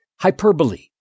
hyperbole